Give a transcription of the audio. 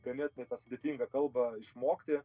ganėtinai tą sudėtingą kalbą išmokti